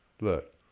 Look